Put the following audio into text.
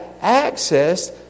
access